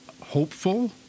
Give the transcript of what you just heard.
hopeful